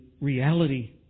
reality